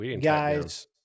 Guys